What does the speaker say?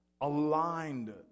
aligned